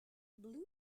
blue